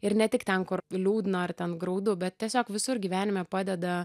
ir ne tik ten kur liūdna ar ten graudu bet tiesiog visur gyvenime padeda